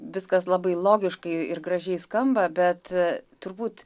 viskas labai logiškai ir gražiai skamba bet turbūt